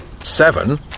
Seven